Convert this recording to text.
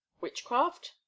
Witchcraft